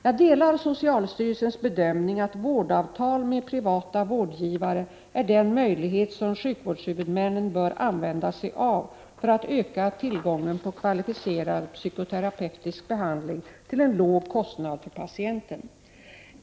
Jag delar socialstyrelsens bedömning att vårdavtal med privata vårdgivare är den möjlighet som sjukvårdshuvudmännen bör använda sig av för att öka tillgången på kvalificerad psykoterapeutisk behandling till en låg kostnad för patienten.